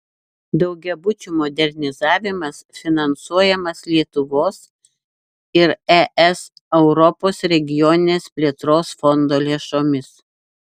daugiabučių modernizavimas finansuojamas lietuvos ir es europos regioninės plėtros fondo lėšomis